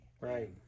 Right